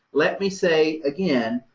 let me say again,